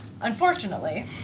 Unfortunately